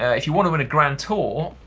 ah if you want to win a grand tour,